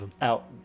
out